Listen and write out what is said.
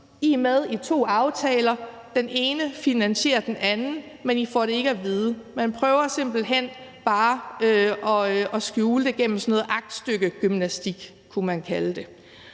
I er med i to aftaler; den ene finansierer den anden, men I får det ikke at vide. Man prøver simpelt hen bare at skjule det gennem sådan noget aktstykkegymnastik, kunne man kalde det.